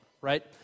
right